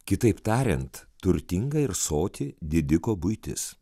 kitaip tariant turtinga ir soti didiko buitis